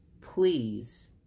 please